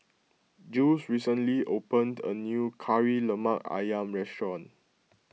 Jules recently opened a new Kari Lemak Ayam restaurant